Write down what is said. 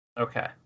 okay